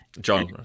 John